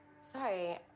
Sorry